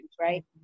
right